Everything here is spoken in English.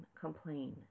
complain